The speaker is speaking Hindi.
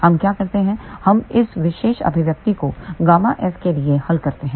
हम क्या करते हैं हम इस विशेष अभिव्यक्ति को ΓSके लिए हल करते हैं